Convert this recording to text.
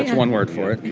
one word for